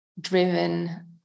driven